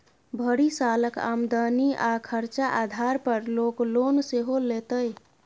भरि सालक आमदनी आ खरचा आधार पर लोक लोन सेहो लैतै